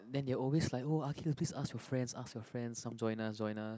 then they are always like oh Aqil please ask your friend ask your friend come join us join us